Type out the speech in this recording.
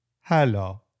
Hello